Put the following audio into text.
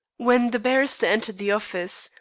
when the barrister entered the office,